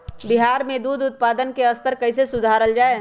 बिहार में दूध उत्पादन के स्तर कइसे सुधारल जाय